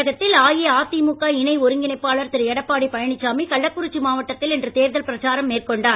தமிழகத்தில் அஇஅதிமுக இணை ஒருங்கிணைப்பாளர் திரு எடப்பாடி பழனிசாமி கள்ளக்குறிச்சி மாவட்டத்தில் இன்று தேர்தல் பிரச்சாரம் மேற்கொண்டார்